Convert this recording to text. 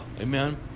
Amen